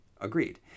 agreed